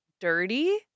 dirty